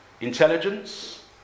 intelligence